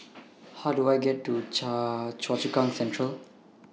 How Do I get to Choa Choa Chu Kang Central